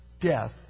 death